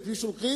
את מי שולחים?